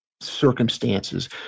circumstances